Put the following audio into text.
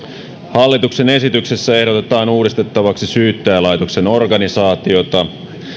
hallituksen esityksessä ehdotetaan uudistettavaksi syyttäjälaitoksen organisaatiota